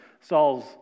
Saul's